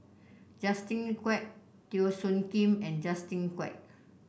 Justin Quek Teo Soon Kim and Justin Quek